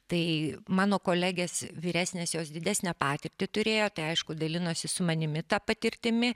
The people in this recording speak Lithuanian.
tai mano kolegės vyresnės jos didesnę patirtį turėjo tai aišku dalinosi su manimi ta patirtimi